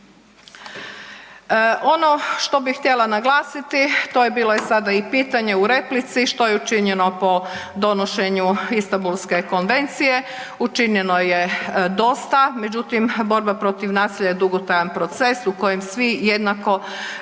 Ono što bi htjela naglasiti, to je bilo i sada i pitanje u replici, što je učinjeno po donošenju Istambulske konvencije? Učinjeno je dosta. Međutim, borba protiv nasilja je dugotrajan proces u kojem svi jednako